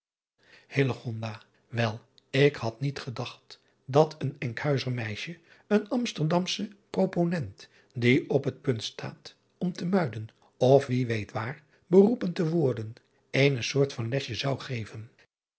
el ik had niet gedacht dat een nkhuizer meisje een msterdamschen roponent die op het punt staat om te uiden of wie weet waar beroepen te worden eene driaan oosjes zn et leven van illegonda uisman soort van lesje zou geven